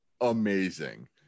amazing